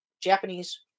Japanese